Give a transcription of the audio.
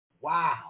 Wow